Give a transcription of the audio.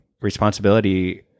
responsibility